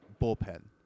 bullpen